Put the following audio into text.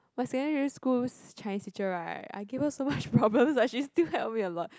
my secondary school Chinese teacher right I give her so much problems but she still help me a lot